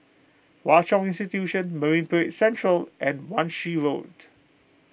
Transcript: Hwa Chong Institution Marine Parade Central and Wan Shih Road